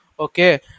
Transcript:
Okay